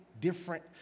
different